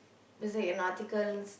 basic in articles